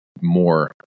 more